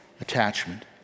attachment